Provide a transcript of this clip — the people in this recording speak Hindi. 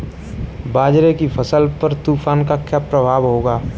बाजरे की फसल पर तूफान का क्या प्रभाव होगा?